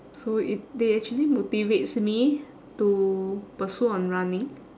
so it they actually motivates me to pursue on running